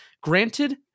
granted